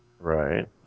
Right